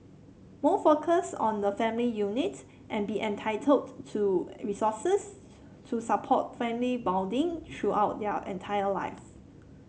more focus on the family unit and be entitled to resources to support family bonding throughout their entire life